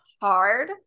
hard